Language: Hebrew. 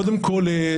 קודם כול,